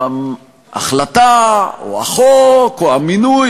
שההחלטה או החוק או המינוי,